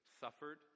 suffered